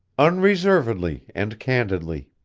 unreservedly and candidly.